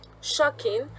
shocking